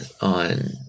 on